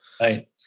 Right